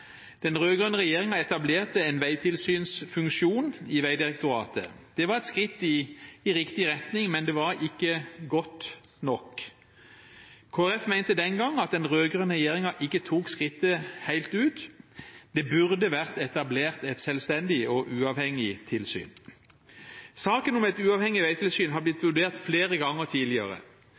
Den rød-grønne regjeringen etablerte en veitilsynsfunksjon i Vegdirektoratet. Det var et skritt i riktig retning, men det var ikke godt nok. Kristelig Folkeparti mente den gang at den rød-grønne regjeringen ikke tok skrittet helt ut. Det burde vært etablert et selvstendig og uavhengig tilsyn. Saken om et uavhengig veitilsyn har blitt vurdert flere ganger tidligere.